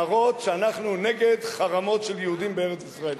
ולהראות שאנחנו נגד חרמות של יהודים בארץ-ישראל.